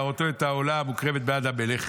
להראותו את העולה המוקרבת בעד המלך,